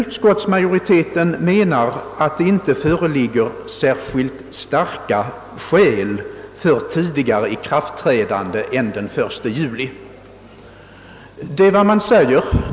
Utskottsmajoriteten anser dock att det inte föreligger särskilt starka skäl för ett tidigare ikraftträdande än den 1 juli 1967.